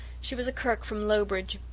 she was a kirke from lowbridge.